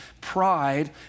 pride